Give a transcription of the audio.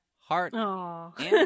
Heart